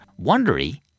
Wondery